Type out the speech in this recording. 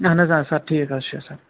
اہن حظ آ سَر ٹھیٖک حظ چھُ سَر